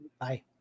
bye